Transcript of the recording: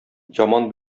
яман